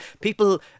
People